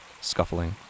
scuffling